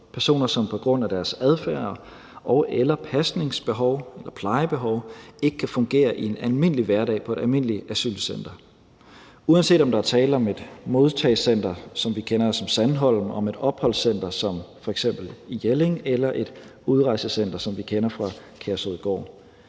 personer, som på grund af deres adfærd og/eller pasningsbehov eller plejebehov ikke kan fungere i en almindelig hverdag på et almindeligt asylcenter, uanset om der er tale om et modtagecenter, som vi kender fra f.eks. Sandholm, eller om et opholdscenter som f.eks. det i Jelling eller et udrejsecenter, som vi kender fra Kærshovedgård.